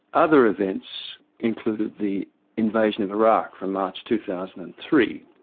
other events included the invasion of iraq from march two thousand and three.